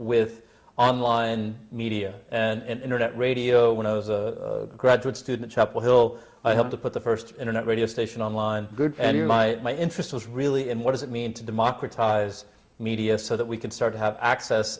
with online media and internet radio when i was a graduate student chapel hill i helped to put the st internet radio station online good and in my my interest was really in what does it mean to democratize media so that we can start to have access